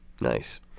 Nice